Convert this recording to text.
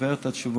עובר על התשובות,